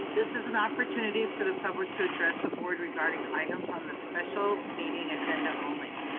this is an opportunity for the public to address the board regarding items on this special meeting agenda only.